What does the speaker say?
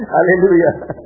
Hallelujah